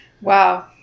Wow